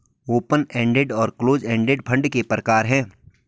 open ended और close ended fund के प्रकार हैं